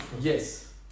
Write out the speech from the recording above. Yes